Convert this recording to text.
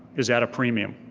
is at a premium.